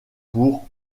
pour